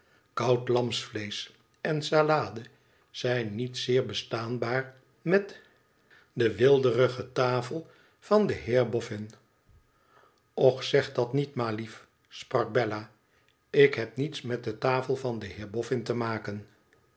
koud lamsvleesch en salade zijn niet zeer be staanbaar met de weelderige tafel van den heer boffin och zeg dat niet ma lief sprak bella tik heb niets met de tafel van den heer boffin te maken